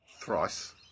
Thrice